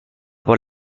por